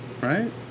right